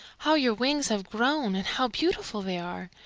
how your wings have grown! and how beautiful they are!